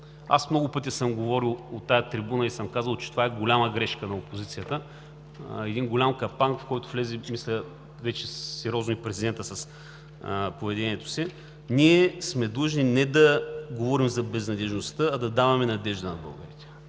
Аз много пъти съм говорил от тази трибуна и съм казвал, че това е голяма грешка на опозицията, един голям капан, в който влезе, мисля, вече сериозно и президентът с поведението си. Ние сме длъжни не да говорим за безнадеждността, а да даваме надежда на българите.